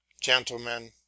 gentlemen